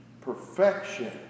Perfection